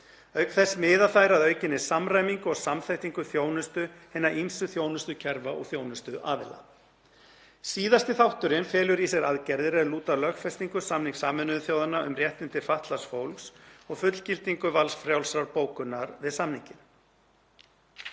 þess miða þær að aukinni samræmingu og samþættingu þjónustu hinna ýmsu þjónustukerfa og þjónustuaðila. Síðasti þátturinn felur í sér aðgerðir er lúta að lögfestingu samnings Sameinuðu þjóðanna um réttindi fatlaðs fólks og fullgildingu valfrjálsrar bókunar við samninginn.